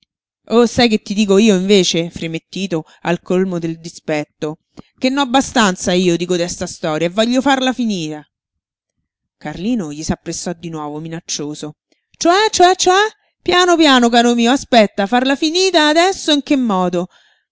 oh sai che ti dico io invece fremé tito al colmo del dispetto che n'ho abbastanza io di codesta storia e voglio farla finita carlino gli s'appressò di nuovo minaccioso cioè cioè cioè piano piano caro mio aspetta farla finita adesso in che modo